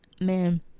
man